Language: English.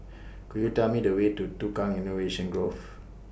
Could YOU Tell Me The Way to Tukang Innovation Grove